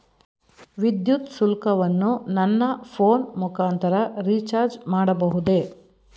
ವಿದ್ಯುತ್ ಶುಲ್ಕವನ್ನು ನನ್ನ ಫೋನ್ ಮುಖಾಂತರ ರಿಚಾರ್ಜ್ ಮಾಡಬಹುದೇ?